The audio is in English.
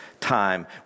time